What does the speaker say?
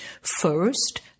First